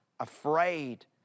afraid